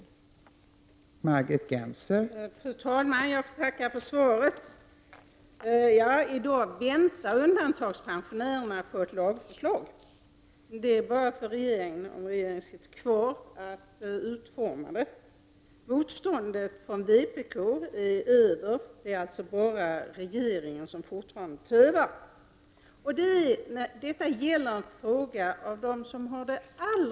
Då förste vice talman Ingegerd Troedsson, som framställt frågan, anmält att hon var förhindrad att delta i överläggningen, tog Margit Gennser i stället emot svaret.